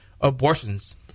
abortions